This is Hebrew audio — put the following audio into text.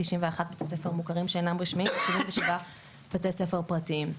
91 בתי ספר מוכרים שאינם רשמיים ו-77 בתי ספר פרטיים.